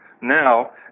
Now